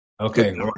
okay